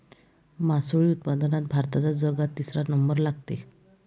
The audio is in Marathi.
मासोळी उत्पादनात भारताचा जगात तिसरा नंबर लागते